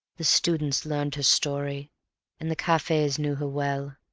the students learned her story and the cafes knew her well,